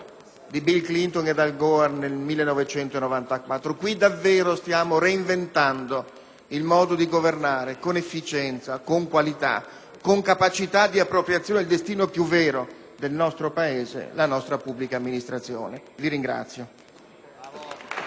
di Bill Clinton e Al Gore nel 1994. Qui davvero stiamo reinventando il modo di governare, con efficienza, con qualità e con capacità di appropriazione del destino più vero del nostro Paese, la nostra pubblica amministrazione. *(Applausi